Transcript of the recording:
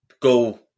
go